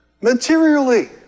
materially